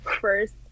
first